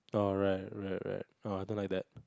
orh right right right I don't like that